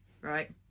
right